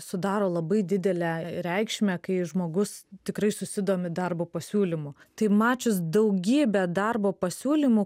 sudaro labai didelę reikšmę kai žmogus tikrai susidomi darbo pasiūlymu tai mačius daugybę darbo pasiūlymų